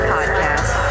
Podcast